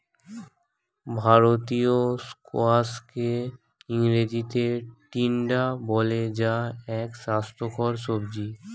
ভারতীয় স্কোয়াশকে ইংরেজিতে টিন্ডা বলে যা এক স্বাস্থ্যকর সবজি